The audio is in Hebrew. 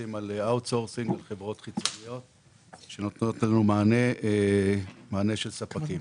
מתבססים על האאוטסורסינג חברות חיצוניות שנותנות לנו מענה של ספקים.